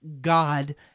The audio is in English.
God